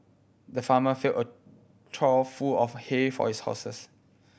the farmer filled a trough full of hay for his horses